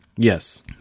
Yes